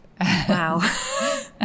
Wow